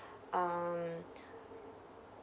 um